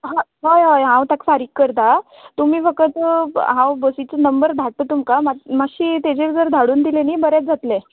हां हय हय हांव ताका फारीक करता तुमी फकत हांव बसीचो नंबर धाडटां तुमकां मागीर मात्शी तेजेर जर धाडून दीली न्ही बरेंच जातलें